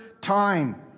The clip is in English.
time